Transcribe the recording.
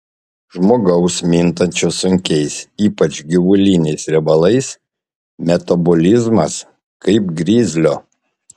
žmogaus mintančio sunkiais ypač gyvuliniais riebalais metabolizmas kaip grizlio